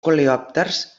coleòpters